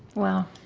wow.